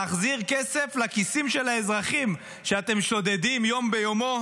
להחזיר כסף לכיסים של האזרחים שאתם שודדים יום ביומו.